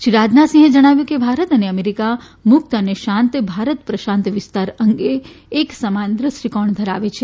શ્રી રાજનાથસિંહે જણાવ્યું હતું કે ભારત અને અમેરિકા મુક્ત અને શાંત ભારત પ્રશાંત વિસ્તાર અંગે એક સમાન દ્રષ્ટિકોણ ધરાવે છે